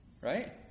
right